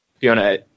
Fiona